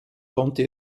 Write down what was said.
konnte